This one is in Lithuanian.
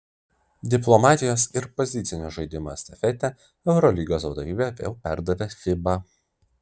diplomatijos ir pozicinio žaidimo estafetę eurolygos vadovybė vėl perdavė fiba